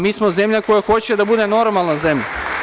Mi smo zemlja koja hoće da bude normalna zemlja.